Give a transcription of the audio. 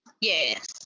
Yes